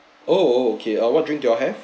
oh oh okay uh what drink do you all have